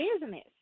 business